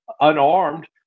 unarmed